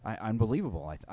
Unbelievable